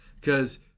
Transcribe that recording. because-